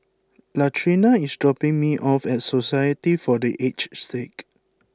Latrina is dropping me off at Society for the Aged Sick